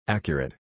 Accurate